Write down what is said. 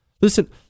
Listen